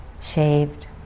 shaved